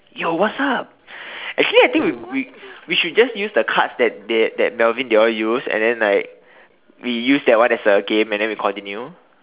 yo what's up actually I think we we we should just use the cards that they that Melvin they all use and then like we use that one as a game and then we continue